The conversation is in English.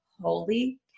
Holy